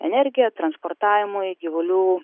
energija transportavimui gyvulių